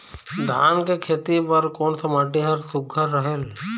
धान के खेती बर कोन सा माटी हर सुघ्घर रहेल?